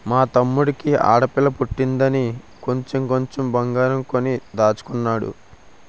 మా తమ్ముడికి ఆడపిల్ల పుట్టిందని కొంచెం కొంచెం బంగారం కొని దాచుతున్నాడు